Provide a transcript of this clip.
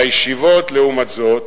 לישיבות, לעומת זאת,